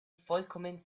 vollkommen